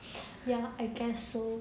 ya I guess so